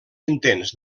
intents